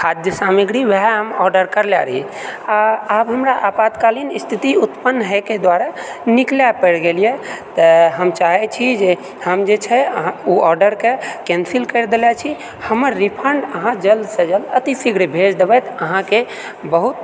खाद्य सामग्री ओएह हम ऑर्डर करले रहि आ आब हमरा आपातकालीन स्थिति उत्पन्न होएके दुआरे निकलै पड़ि गेल यऽ तऽ हम चाहै छी जे हम जे छै ओ ऑर्डरके कैन्सिल करि देलै छी हमर रिफण्ड अहाँ जल्दसँ जल्द अतिशीघ्र भेजि देबै अहाँके बहुत